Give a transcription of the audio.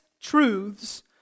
truths